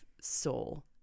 soul